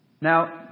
Now